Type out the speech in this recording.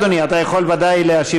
בבקשה, אדוני, אתה יכול בוודאי להשיב